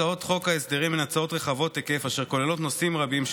הצעות חוק ההסדרים הן הצעות רחבות היקף אשר כוללות נושאים רבים,